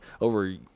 over